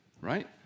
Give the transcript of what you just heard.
right